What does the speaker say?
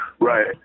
Right